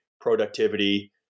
productivity